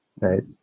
right